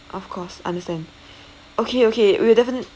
of course understand okay okay we'll definite~